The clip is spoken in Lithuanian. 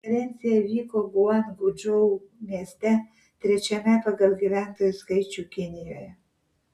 konferencija vyko guangdžou mieste trečiame pagal gyventojų skaičių kinijoje